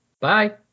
bye